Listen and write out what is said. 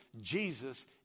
Jesus